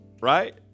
Right